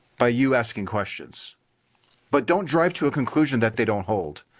by you asking questions but don't drive to a conclusion that they don't hold.